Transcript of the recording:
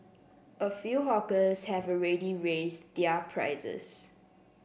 a few hawkers have already raised their prices